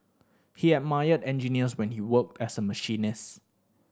he admired engineers when he worked as a machinist